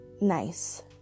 Nice